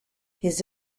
his